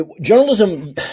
journalism